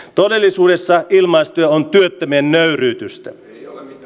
todellisuudessa ilmaistyö on työttömien nöyryytystä ei ole l